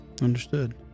Understood